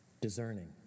discerning